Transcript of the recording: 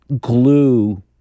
glue